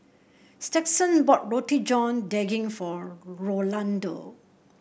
Stetson bought Roti John Daging for Rolando